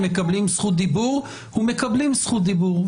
הם מקבלים זכות דיבור ומקבלים זכות דיבור.